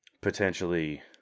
potentially